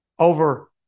over